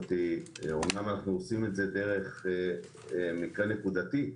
אמנם אנו עושים את זה דרך מקרה נקודתי,